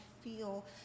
feel